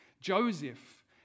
Joseph